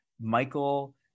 Michael